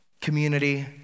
community